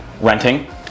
renting